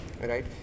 right